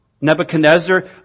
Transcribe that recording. Nebuchadnezzar